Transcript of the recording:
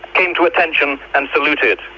came to attention and saluted.